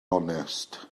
onest